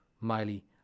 Miley